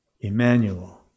Emmanuel